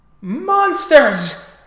Monsters